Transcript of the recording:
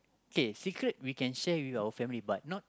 okay secret we can share with our family but not